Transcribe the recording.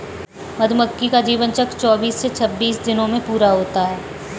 मधुमक्खी का जीवन चक्र चौबीस से छब्बीस दिनों में पूरा होता है